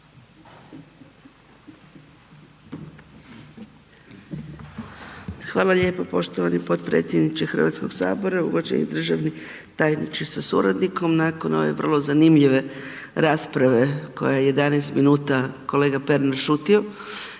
Hvala lijepo poštovani potpredsjedniče Hrvatskog sabora, uvaženi državni tajniče sa suradnikom. Nakon ove vrlo zanimljive rasprave kojom je 11 minuta kolega Pernar šutio,